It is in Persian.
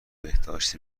بهداشت